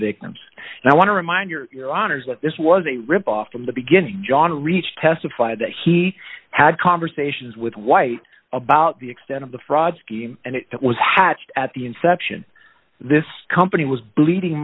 victims and i want to remind your honour's that this was a rip off from the beginning john reached testified that he had conversations with white about the extent of the fraud scheme and it was hatched at the inception this company was bleeding